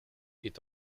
est